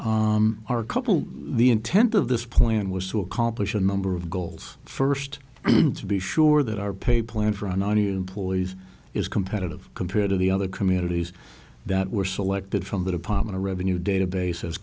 a couple the intent of this plan was to accomplish a number of goals first to be sure that our pay plan for and i knew pulleys is competitive compared to the other communities that were selected from the department of revenue databases